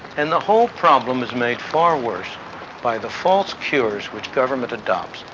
and the whole problem is made far worse by the false cures which government adopts,